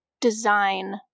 design